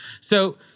So-